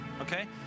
okay